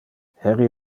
heri